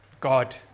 God